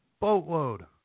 boatload